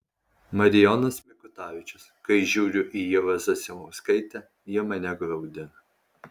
marijonas mikutavičius kai žiūriu į ievą zasimauskaitę ji mane graudina